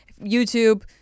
YouTube